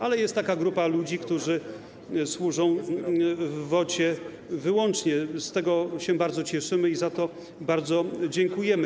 Ale jest taka grupa ludzi, która służy wyłącznie w WOT, z tego się bardzo cieszymy i za to bardzo dziękujemy.